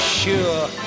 sure